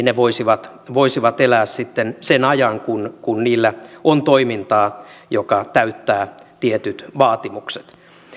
ne voisivat voisivat elää sitten sen ajan kun kun niillä on toimintaa mikä täyttää tietyt vaatimukset